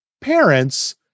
parents